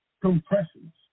compressions